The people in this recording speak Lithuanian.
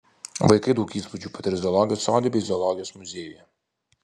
vaikai daug įspūdžių patirs zoologijos sode bei zoologijos muziejuje